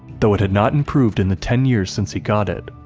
though it had not improved in the ten years since he got it,